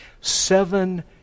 seven